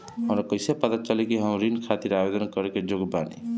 हमरा कईसे पता चली कि हम ऋण खातिर आवेदन करे के योग्य बानी?